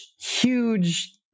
huge